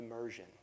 immersion